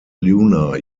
lunar